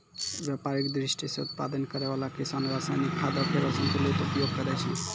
व्यापारिक दृष्टि सें उत्पादन करै वाला किसान रासायनिक खादो केरो संतुलित उपयोग करै छै